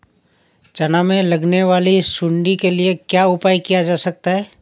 चना में लगने वाली सुंडी के लिए क्या उपाय किया जा सकता है?